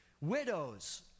Widows